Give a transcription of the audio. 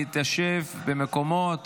להתיישב במקומות